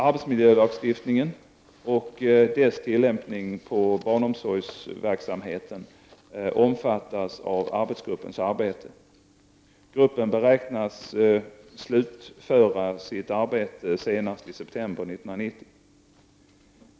Arbetsmiljölagstiftningen och dess tillämpning på barnomsorgsverksamheten omfattas av arbetsgruppens arbete. Gruppen beräknas slutföra sitt arbete senast i september 1990.